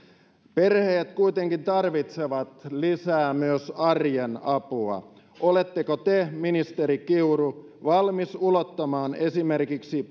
perheet kuitenkin tarvitsevat lisää myös arjen apua oletteko te ministeri kiuru valmis ulottamaan esimerkiksi